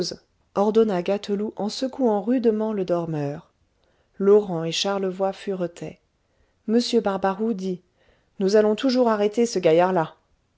ordonna gâteloup en secouant rudement le dormeur laurent et charlevoy furetaient m barbaroux dit nous allons toujours arrêter ce gaillard-là